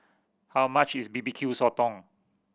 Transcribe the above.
how much is B B Q Sotong